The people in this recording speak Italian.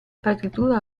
partitura